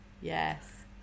Yes